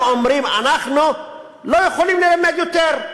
הם אומרים: אנחנו לא יכולים ללמד יותר.